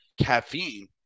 caffeine